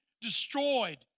destroyed